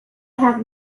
have